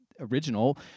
original